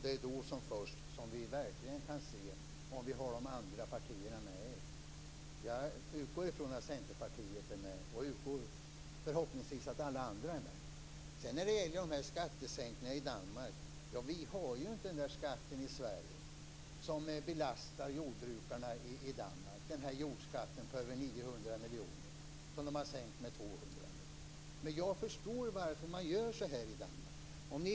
Det är då som först vi verkligen kan se om vi har de andra partierna med oss. Jag utgår från att Centerpartiet är med och förhoppningsvis är alla andra med. När det gäller skattesänkningarna i Danmark vill jag säga att vi inte har den skatten i Sverige som belastar jordbruken i Danmark; jordskatten på över 900 miljoner, som de har sänkt med 200 miljoner. Men jag förstår varför man gör så här i Danmark.